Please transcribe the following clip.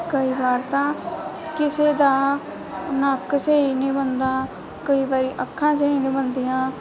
ਕਈ ਵਾਰ ਤਾਂ ਕਿਸੇ ਦਾ ਨੱਕ ਸਹੀ ਨਹੀਂ ਬਣਦਾ ਕਈ ਵਾਰੀ ਅੱਖਾਂ ਸਹੀ ਨਹੀਂ ਬਣਦੀਆਂ